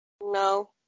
No